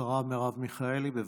השרה מרב מיכאלי, בבקשה.